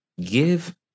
give